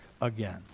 again